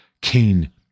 Cain